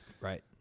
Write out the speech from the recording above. Right